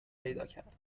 پیداکرد